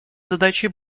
задачи